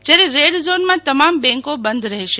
જયારે રેડ ઝોનમાં તમામ બેંક બંધ રહેશે